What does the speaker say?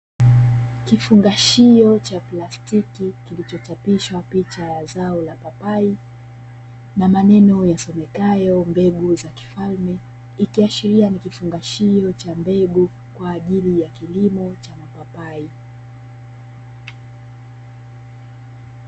Kifungashio cha plastiki kilichochapishwa picha ya zao la papai na maneno yasomekayo "mbegu za kifalme". Ikiashiria ni kifungashio cha mbegu kwa ajili ya kilimo cha mapapai